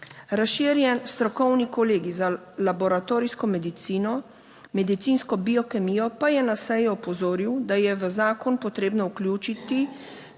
Razširjen strokovni Kolegij za laboratorijsko medicino, medicinsko biokemijo pa je na seji opozoril, da je v zakon potrebno vključiti